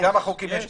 כמה חוקים כאלה יש?